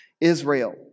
Israel